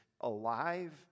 alive